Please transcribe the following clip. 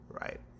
right